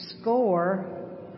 score